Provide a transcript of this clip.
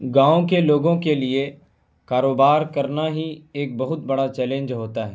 گاؤں کے لوگوں کے لیے کاروبار کرنا ہی ایک بہت بڑا چیلنج ہوتا ہے